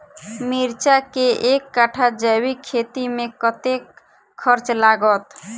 मिर्चा केँ एक कट्ठा जैविक खेती मे कतेक खर्च लागत?